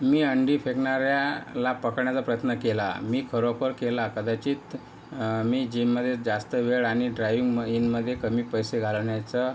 मी अंडी फेकणाऱ्याला पकडण्याचा प्रयत्न केला मी खरोखर केला कदाचित मी जिममध्ये जास्त वेळ आणि ड्रायव्हिंग मध्ये कमी पैसे घालवण्याचा